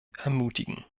ermutigen